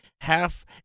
half